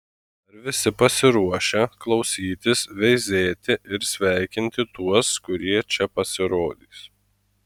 ar visi pasiruošę klausytis veizėti ir sveikinti tuos kurie čia pasirodys